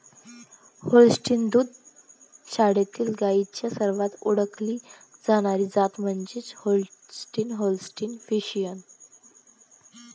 Holstein दुग्ध शाळेतील गायींची सर्वात ओळखली जाणारी जात म्हणजे होल्स्टीन होल्स्टीन फ्रिशियन